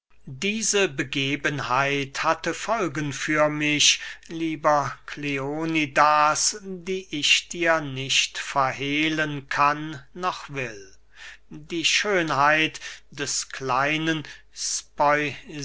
diese begebenheit hatte folgen für mich lieber kleonidas die ich dir nicht verhehlen kann noch will die schönheit des kleinen